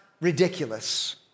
ridiculous